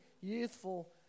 youthful